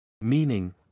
Meaning